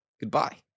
goodbye